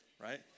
right